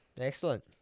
Excellent